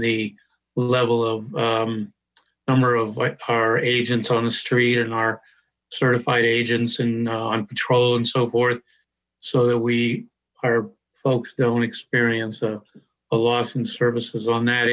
the level of number of our agents on the street and our certified agents and on patrol and so forth so that we hired folks don't experience a loss in services on that